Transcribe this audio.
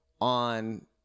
on